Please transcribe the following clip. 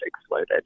exploded